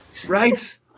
right